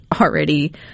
already